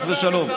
חס ושלום,